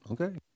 Okay